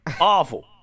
Awful